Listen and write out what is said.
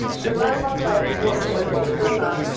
so if i talk about a quark or a higgs boson,